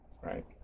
right